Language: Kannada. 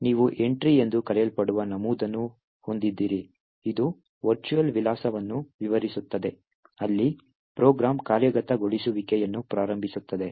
ನಂತರ ನೀವು ಎಂಟ್ರಿ ಎಂದು ಕರೆಯಲ್ಪಡುವ ನಮೂದನ್ನು ಹೊಂದಿದ್ದೀರಿ ಇದು ವರ್ಚುವಲ್ ವಿಳಾಸವನ್ನು ವಿವರಿಸುತ್ತದೆ ಅಲ್ಲಿ ಪ್ರೋಗ್ರಾಂ ಕಾರ್ಯಗತಗೊಳಿಸುವಿಕೆಯನ್ನು ಪ್ರಾರಂಭಿಸುತ್ತದೆ